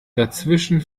dazwischen